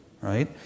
right